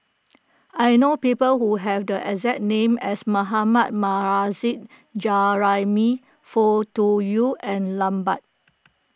I know people who have the exact name as Mohammad Nurrasyid Juraimi Foo Tui Liew and Lambert